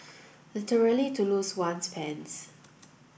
literally to lose one's pants